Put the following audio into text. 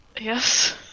Yes